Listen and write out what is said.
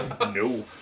No